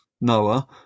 Noah